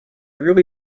really